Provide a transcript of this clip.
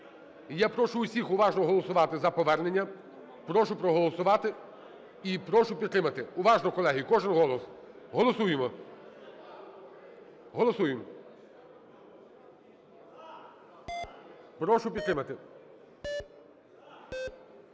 я прошу усіх уважно голосувати за повернення. Прошу проголосувати і прошу підтримати. Уважно, колеги, кожний голос. Голосуємо. Голосуємо. Прошу підтримати.